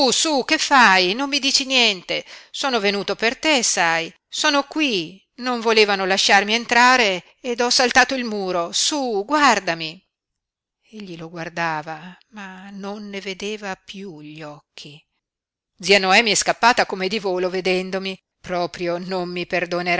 che fai non mi dici niente sono venuto per te sai sono qui non volevano lasciarmi entrare ed ho saltato il muro su guardami egli lo guardava ma non ne vedeva piú gli occhi zia noemi è scappata come di volo vedendomi proprio non mi perdonerà